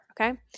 okay